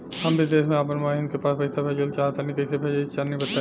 हम विदेस मे आपन बहिन के पास पईसा भेजल चाहऽ तनि कईसे भेजि तनि बताई?